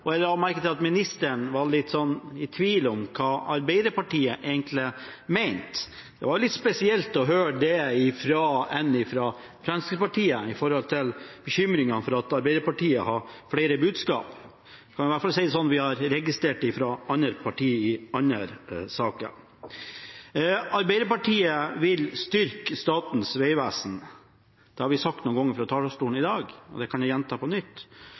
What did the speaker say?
og jeg la merke til at ministeren var litt i tvil om hva Arbeiderpartiet egentlig mente. Det var litt spesielt å høre det fra en fra Fremskrittspartiet – bekymringene for at Arbeiderpartiet hadde flere budskap. Jeg kan i hvert fall si det sånn: Vi har registrert det fra andre partier i andre saker. Arbeiderpartiet vil styrke Statens vegvesen – det har vi sagt noen ganger fra talerstolen i dag, og det kan jeg gjenta på nytt